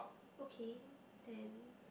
okay then